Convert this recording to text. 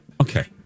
Okay